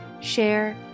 share